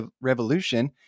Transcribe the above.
Revolution